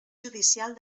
judicial